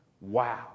Wow